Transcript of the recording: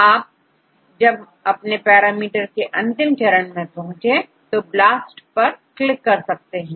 आप जब अपने पैरामीटर के अंतिम चरण में पहुंचे तोBLAST पर क्लिक करते हैं